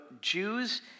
Jews